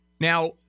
Now